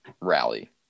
rally